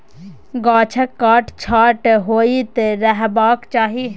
गाछक काट छांट होइत रहबाक चाही